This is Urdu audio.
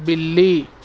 بِلّی